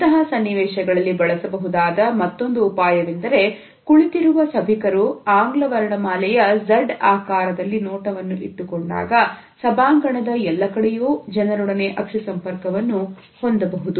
ಇಂತಹ ಸನ್ನಿವೇಶಗಳಲ್ಲಿ ಬಳಸಬಹುದಾದ ಮತ್ತೊಂದು ಉಪಾಯವೆಂದರೆ ಕುಳಿತಿರುವ ಸಭಿಕರು ಆಂಗ್ಲ ವರ್ಣಮಾಲೆಯ Z ಆಕಾರದಲ್ಲಿ ನೋಟವನ್ನು ಇಟ್ಟುಕೊಂಡಾಗ ಸಭಾಂಗಣದ ಎಲ್ಲಕಡೆಯೂ ಜನರೊಡನೆ ಅಕ್ಷಿ ಸಂಪರ್ಕವನ್ನು ಹೊಂದಬಹುದು